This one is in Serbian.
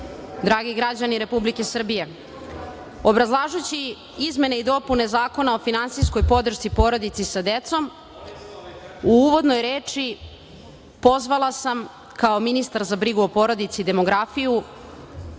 dragi građani Republike Srbije, obrazlažući izmene i dopune Zakona o finansijskoj podršci porodici sa decom u uvodnoj reči pozvala sam, kao ministar za brigu o porodici i demografiju,